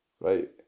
right